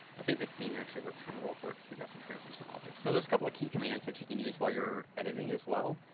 i think the scene actually works kind of well for us. we got some translucent objects. so, there's a couple of key commands that you can use while you're editing as well.